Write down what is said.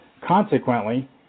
consequently